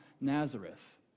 Nazareth